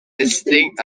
distinct